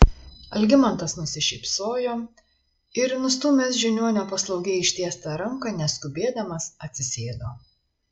algimantas nusišypsojo ir nustūmęs žiniuonio paslaugiai ištiestą ranką neskubėdamas atsisėdo